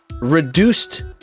reduced